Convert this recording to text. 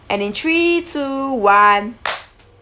and in three two one